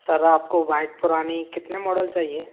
sir आपको bike पुरानी कितने मॉडल चाहिए